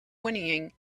whinnying